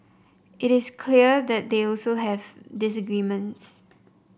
it is clear that they also have disagreements